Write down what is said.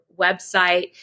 website